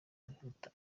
wihuta